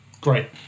great